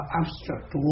abstract